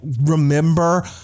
remember